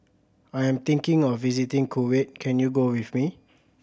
I am thinking of visiting Kuwait can you go with me